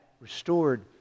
restored